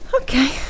Okay